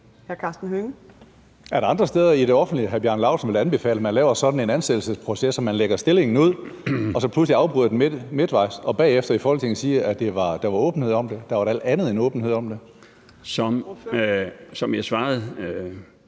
Er der andre steder i det offentlige, hvor hr. Bjarne Laustsen vil anbefale at man laver sådan en ansættelsesproces, hvor man lægger en stilling ud og midtvejs pludselig afbryder det og bagefter siger i Folketinget, at der var åbenhed om det? Der var alt andet end åbenhed om det. Kl. 15:47 Fjerde